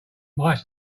might